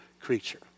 creature